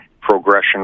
progression